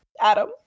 adam